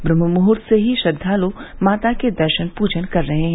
ब्रम्हमुहूर्त से ही श्रद्वाल माता के दर्शन पूजन कर रहे हैं